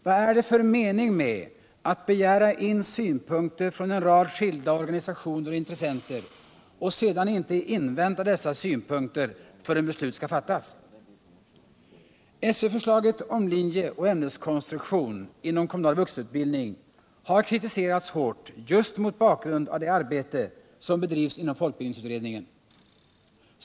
Vad är det för mening med att begära in synpunkter från en rad skilda organisationer och intressenter och sedan inte invänta dessa synpunkter förrän beslut skall fattas? SÖ-förslaget om linjeoch ämneskonstruktion inom kommunal vuxenutbildning har kritiserats hårt just mot bakgrund av det arbete som bedrivs inom folkbildningsutredningen.